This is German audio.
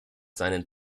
seinen